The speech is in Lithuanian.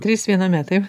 trys viename taip